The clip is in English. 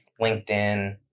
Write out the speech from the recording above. LinkedIn